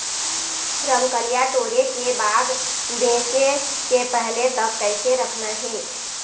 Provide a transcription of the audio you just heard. रमकलिया टोरे के बाद बेंचे के पहले तक कइसे रखना हे?